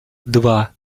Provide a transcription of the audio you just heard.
два